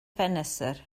ffenestr